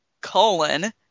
colon